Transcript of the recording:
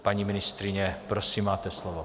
Paní ministryně, prosím máte slovo.